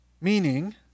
Meaning